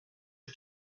que